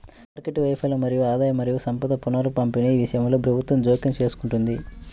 market వైఫల్యం మరియు ఆదాయం మరియు సంపద పునఃపంపిణీ విషయంలో ప్రభుత్వం జోక్యం చేసుకుంటుంది